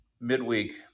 midweek